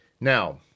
Now